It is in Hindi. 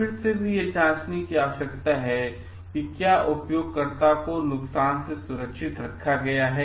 फिर से भी हमें यह जांचने की आवश्यकता है कि क्या उपयोगकर्ता नुकसान से सुरक्षित हैं